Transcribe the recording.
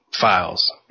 files